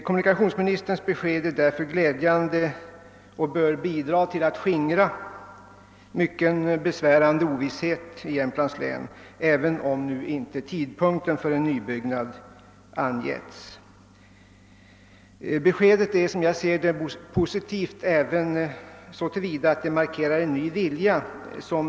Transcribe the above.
Kommunikationsministerns besked är därför glädjande och börbidra till att skingra mycken besvärande ovisshet i Jämtlands län, även om tidpunkten för en nybyggnad inte angivits. Beskedet är, som jag ser det, positivt, även så till vida att det markerar en ny vilja som.